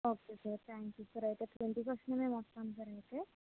okay sir thank you sir అయితే twenty ఫస్ట్న మేము వస్తాము సార్ అయితే